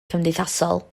cymdeithasol